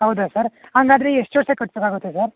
ಹೌದಾ ಸರ್ ಹಾಗಾದ್ರೆ ಎಷ್ಟು ಜೊತೆ ಕಟ್ಟೋಕಾಗುತ್ತೆ ಸರ್